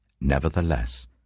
Nevertheless